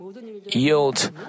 yield